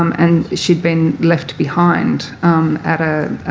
um and she'd been left behind at a